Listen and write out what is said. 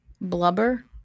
Blubber